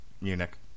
Munich